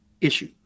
issue